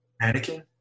Mannequin